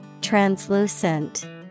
Translucent